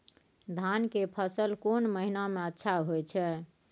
धान के फसल कोन महिना में अच्छा होय छै?